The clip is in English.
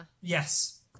yes